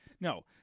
No